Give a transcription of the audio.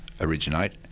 originate